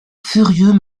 furieux